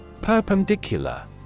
Perpendicular